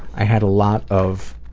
i had a lot of